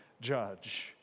judge